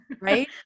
Right